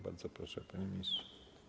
Bardzo proszę, panie ministrze.